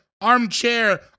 Armchair